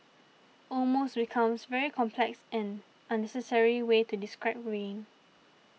almost becomes very complex and unnecessary way to describe rain